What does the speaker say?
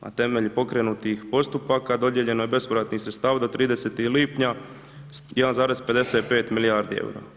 A temeljem pokrenutih postupaka dodijeljeno je bespovratnih sredstava do 30. lipnja 1,55 milijardi eura.